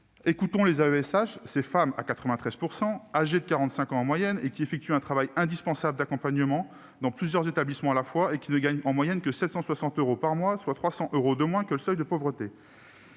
Écoutons les AESH, dont 93 % sont des femmes, âgées en moyenne de 45 ans, qui effectuent un travail indispensable d'accompagnement dans plusieurs établissements à la fois et qui ne gagnent en moyenne que 760 euros par mois, soit 300 euros de moins que le seuil de pauvreté.